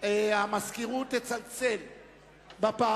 שמכלילה את התעשיינים בהפחתת הקנסות כפי